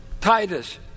Titus